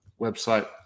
website